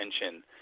attention